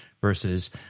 versus